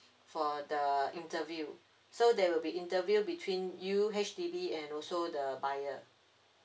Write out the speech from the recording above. for the interview so there will be interview between you H_D_B and also the buyer